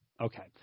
Okay